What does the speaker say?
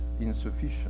insufficient